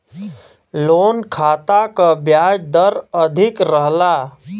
loan खाता क ब्याज दर अधिक रहला